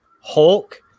Hulk